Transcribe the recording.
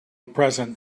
present